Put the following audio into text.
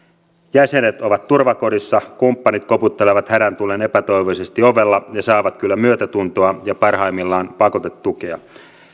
jäsenet ovat turvakodissa kumppanit koputtelevat hädän tullen epätoivoisesti ovella ja saavat kyllä myötätuntoa ja parhaimmillaan pakotetukea